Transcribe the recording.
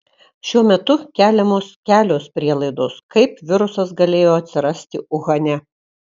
šiuo metu keliamos kelios prielaidos kaip virusas galėjo atsirasti uhane